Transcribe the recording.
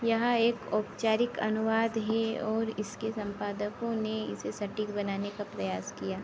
यहाँ एक औपचारिक अनुवाद है और इसके सम्पादकों ने इसे सटीक बनाने का प्रयास किया